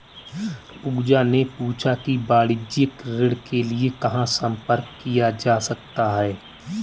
पूजा ने पूछा कि वाणिज्यिक ऋण के लिए कहाँ संपर्क किया जा सकता है?